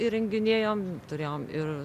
įrenginėjom turėjom ir